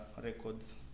records